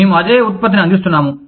మేము అదే ఉత్పత్తిని అందిస్తున్నాము